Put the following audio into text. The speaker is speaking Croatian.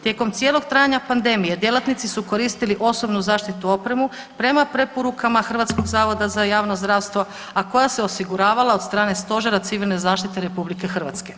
Tijekom cijelog trajanja pandemije djelatnici su koristili osobnu zaštitnu opremu prema preporukama Hrvatskog zavoda za javno zdravstvo, a koja se osiguravala od strane Stožera Civilne zaštite RH.